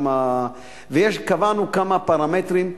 וקבענו כמה פרמטרים,